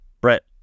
Brett